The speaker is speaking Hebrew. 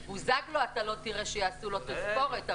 את בוזגלו אתה לא תראה שיעשו לו תספורת,